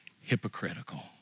hypocritical